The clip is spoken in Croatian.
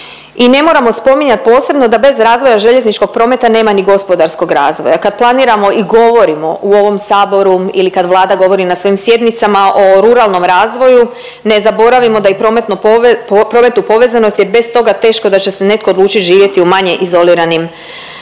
i ne moramo spominjati posebno da bez razvoja željezničkog prometa nema ni gospodarskog razvoja. Kad planiramo i govorimo u ovom saboru ili kad Vlada govori na svojim sjednicama o ruralnom razvoju ne zaboravimo da i prometnu pove… prometnu povezanost jer bez toga teško da će se netko odlučiti živjet u manje izoliranim gradovima.